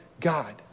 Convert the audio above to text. God